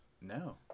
No